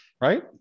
right